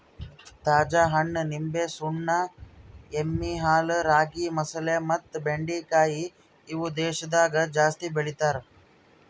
ತಾಜಾ ಹಣ್ಣ, ನಿಂಬೆ, ಸುಣ್ಣ, ಎಮ್ಮಿ ಹಾಲು, ರಾಗಿ, ಮಸಾಲೆ ಮತ್ತ ಬೆಂಡಿಕಾಯಿ ಇವು ದೇಶದಾಗ ಜಾಸ್ತಿ ಬೆಳಿತಾರ್